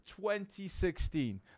2016